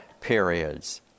periods